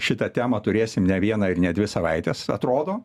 šitą temą turėsim ne vieną ir ne dvi savaites atrodo